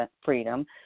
freedom